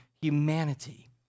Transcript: Humanity